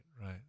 right